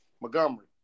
Montgomery